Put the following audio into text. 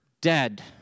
dead